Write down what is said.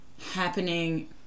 happening